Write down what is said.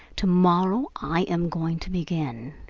to-morrow i am going to begin.